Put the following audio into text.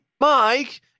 mike